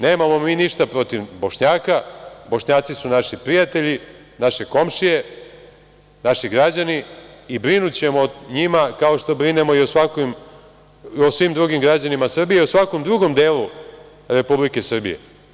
Nemamo mi ništa protiv Bošnjaka, Bošnjaci su naši prijatelji, naše komšije, naši građani i brinućemo o njima kao što brinemo i o svim drugim građanima Srbije u svakom drugom delu Republike Srbije.